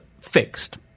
fixed